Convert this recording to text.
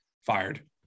fired